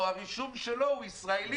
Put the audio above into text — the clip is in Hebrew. או הרישום שלו הוא ישראלי,